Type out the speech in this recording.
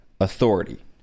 authority